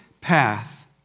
path